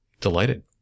delighted